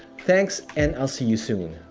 thanks, and i'll see you soon